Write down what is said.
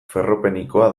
ferropenikoa